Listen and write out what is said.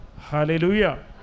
Hallelujah